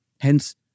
Hence